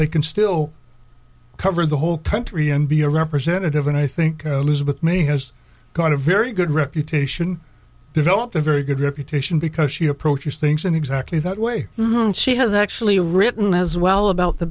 they can still cover the whole country and be a representative and i think is with me has kind of very good reputation developed a very good reputation because she approaches things in exactly that way she has actually written as well about the